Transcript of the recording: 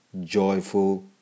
joyful